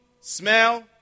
smell